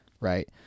right